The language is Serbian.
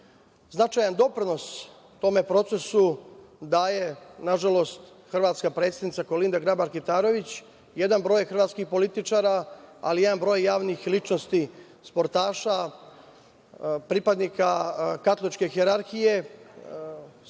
godina. Značajan doprinos tome procesu daje, nažalost, hrvatska predsednica Kolinda Grabar Kitarović, jedan broj hrvatskih političara, ali i jedan broj javnih ličnosti, sportista, pripadnika katoličke hijerarhije,